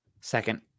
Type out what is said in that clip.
Second